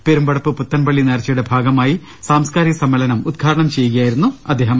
പെരുമ്പടപ്പ് പുത്തൻപള്ളി നേർച്ചയുടെ ഭാഗമായുള്ള സാംസ്കാരിക സമ്മേളനം ഉദ്ഘാടനം ചെയ്യുകയായിരുന്നു അ ദ്ദേഹം